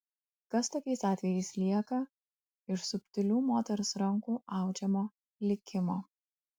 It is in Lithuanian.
kas tokiais atvejais lieka iš subtilių moters rankų audžiamo likimo